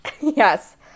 yes